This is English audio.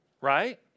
Right